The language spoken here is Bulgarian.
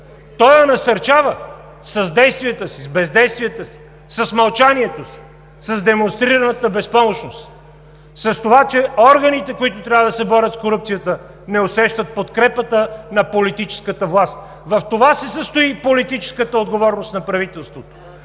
то я насърчава с действията си, с бездействията си, с мълчанието си, с демонстрираната безпомощност, с това, че органите, които трябва да се борят с корупцията не усещат подкрепата на политическата власт. В това се състои и политическата отговорност на правителството.